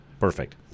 Perfect